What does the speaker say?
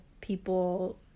people